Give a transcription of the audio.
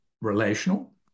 relational